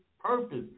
purpose